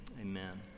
Amen